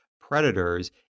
predators